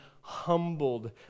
humbled